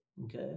okay